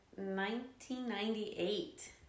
1998